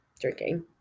drinking